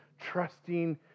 trusting